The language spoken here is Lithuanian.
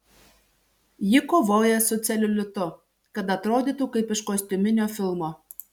ji kovoja su celiulitu kad atrodytų kaip iš kostiuminio filmo